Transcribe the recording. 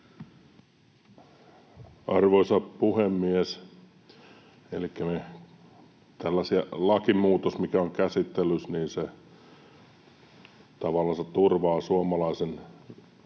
Arvoisa puhemies! Elikkä se lakimuutos, joka on täällä käsittelyssä, tavallaan turvaa suomalaisen